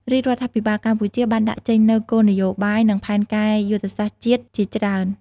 រាជរដ្ឋាភិបាលកម្ពុជាបានដាក់ចេញនូវគោលនយោបាយ និងផែនការយុទ្ធសាស្ត្រជាតិជាច្រើន។